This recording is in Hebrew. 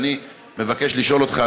ואני מבקש לשאול אותך,